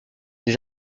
des